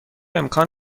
امکان